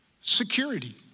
Security